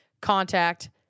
contact